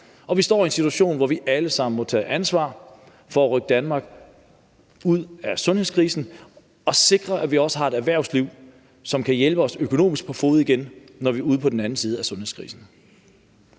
og vi står i en situation, hvor vi alle sammen må tage ansvar for at rykke Danmark ud af sundhedskrisen og sikre, at vi også har et erhvervsliv, som kan hjælpe os økonomisk på fode igen, når vi er ude på den anden side af sundhedskrisen.